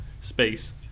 space